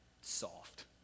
soft